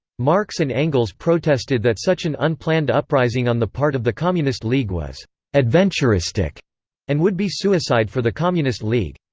marx and engels protested that such an unplanned uprising on the part of the communist league was adventuristic and would be suicide for the communist league.